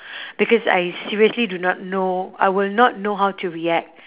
because I seriously do not know I will not know how to react